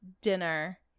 dinner